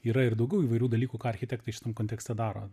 yra ir daugiau įvairių dalykų ką architektai šitam kontekste daro